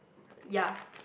ya